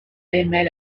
aimait